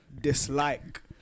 dislike